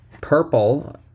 purple